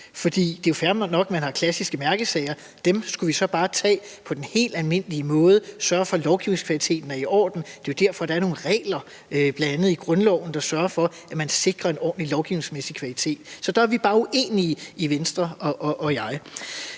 Det er jo fair nok, at man har klassiske mærkesager, men dem skulle vi så bare tage på den helt almindelige måde og sørge for, lovgivningskvaliteten er i orden. Det er jo derfor, at der er nogle regler bl.a. i grundloven, der sørger for, at man sikrer en ordentlig lovgivningsmæssig kvalitet. Så der er Venstre og jeg